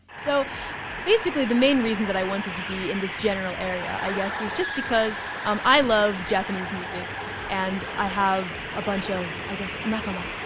so basically the main reason that i wanted to be in this general area, i guess, was just because um i love japanese music and i have a bunch of, i guess, nakama,